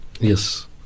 Yes